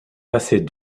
passer